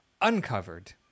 uncovered